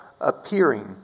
appearing